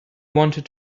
wanted